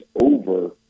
over